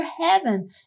heaven